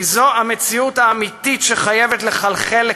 כי זו המציאות האמיתית שחייבת לחלחל לכולם,